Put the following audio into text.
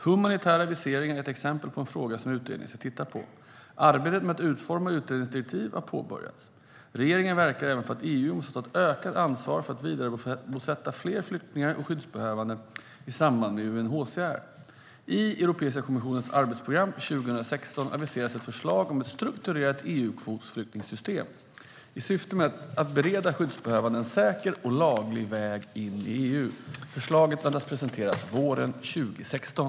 Humanitära viseringar är ett exempel på en fråga som utredningen ska titta på. Arbetet med att utforma utredningsdirektiv har påbörjats. Regeringen verkar även för att EU måste ta ett ökat ansvar för att vidarebosätta fler flyktingar och skyddsbehövande i samarbete med UNHCR. I Europeiska kommissionens arbetsprogram för 2016 aviseras ett förslag om ett strukturerat EU-kvotflyktingsystem, i syfte att bereda skyddsbehövande en säker och laglig väg in i EU. Förslaget väntas presenteras våren 2016.